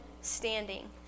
standing